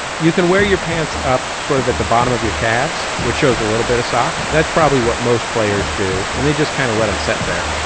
you can wear your pants up, sort of at the bottom of your calves, which shows a little bit of sock. that's probably what most players do. and they just kind of let them set there.